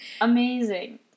amazing